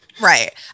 Right